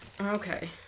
Okay